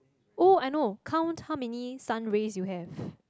oh I know count how many sun rays you have